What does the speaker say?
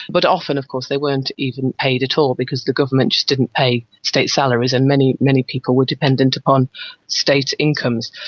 but often of course they weren't even paid at all because the government just didn't pay state salaries. and many, many people were dependent upon state incomes.